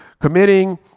committing